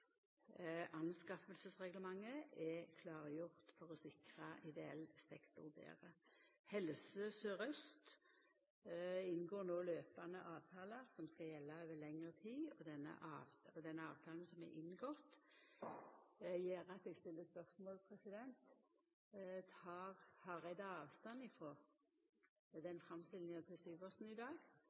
er klargjort for å sikra ideell sektor betre. Helse Sør-Aust inngår no løpande avtalar som skal gjelda over lengre tid, og den avtalen som er inngått, gjer at eg stiller spørsmålet: Tek Hareide avstand frå framstillinga til Syversen i dag